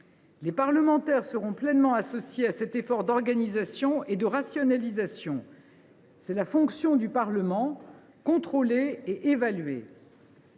Les parlementaires seront pleinement associés à cet effort d’organisation et de rationalisation. C’est la fonction du Parlement : contrôler et évaluer.